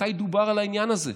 מתי דובר על העניין הזה?